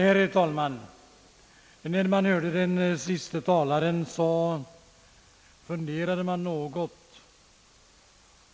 Herr talman! När jag hörde den senaste talaren blev jag något fundersam.